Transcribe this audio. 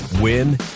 Win